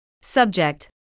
Subject